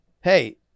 hey